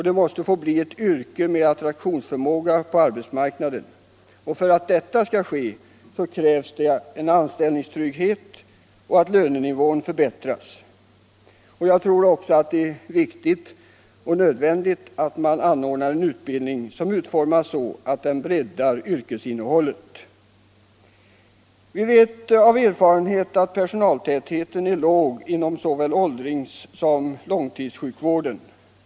Det måste bli ett yrke med attraktionsförmåga på arbetsmarknaden. För att detta skall ske krävs bl.a. anställningstrygghet och förbättrad lönenivå. Jag tror också att det är nödvändigt att vi anordnar en utbildning som utformas så, att den breddar yrkesinnehållet. Vi vet av erfarenhet att personaltätheten är låg inom såväl åldringssom långtidssjukvården.